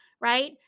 right